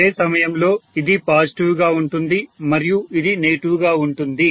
అదే సమయంలో ఇది పాజిటివ్ గా ఉంటుంది మరియు ఇది నెగిటివ్ గా ఉంటుంది